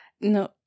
no